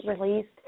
released